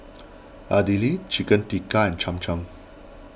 Idili Chicken Tikka and Cham Cham